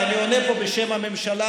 ואני עונה פה בשם הממשלה,